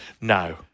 No